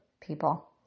people